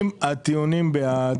יכול